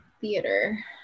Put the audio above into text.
theater